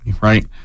right